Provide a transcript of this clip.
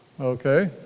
Okay